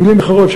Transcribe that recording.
במילים אחרות,